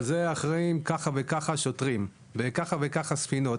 על זה אחראים ככה וככה שוטרים וככה וככה ספינות.